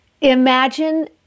imagine